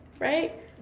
right